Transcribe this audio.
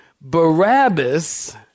Barabbas